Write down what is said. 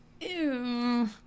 ew